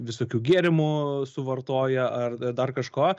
visokių gėrimų suvartoja ar dar kažko